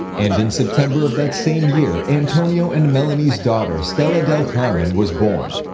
and in september of that same year, antonio and melanie's daughter stella del carmen was born.